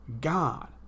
God